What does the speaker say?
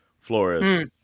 Flores